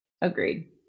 Agreed